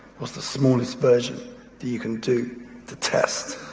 what's the smallest version that you can do to test,